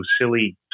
silly